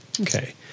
Okay